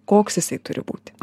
koks jisai turi būti